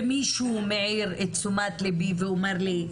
ומישהו מעיר את תשומת ליבי ואומר לי,